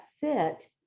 fit